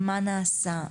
מה נעשה?